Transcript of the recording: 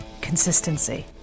Consistency